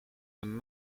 een